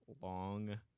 long